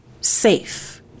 safe